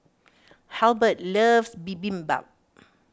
Halbert loves Bibimbap